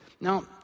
Now